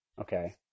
Okay